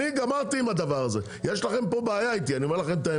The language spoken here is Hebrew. אני גמרתי עם הדבר הזה.